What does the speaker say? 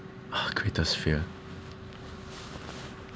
ah greatest fear